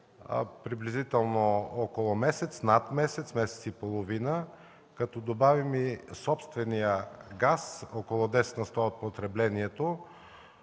приблизително около месец, месец и половина. Като добавим и собствения газ – около десет на сто от потреблението,